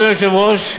אדוני היושב-ראש,